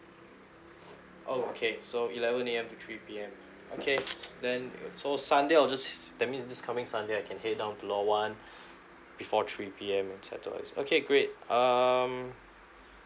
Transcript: oh okay so eleven A_M to three P_M okay then so sunday I'll just that means this coming sunday I can head down to lot one before three P_M and settle this okay great um